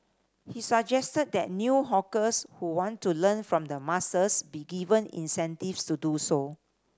he suggested that new hawkers who want to learn from the masters be given incentives to do so